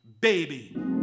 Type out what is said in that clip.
baby